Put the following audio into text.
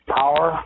power